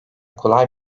kolay